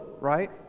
right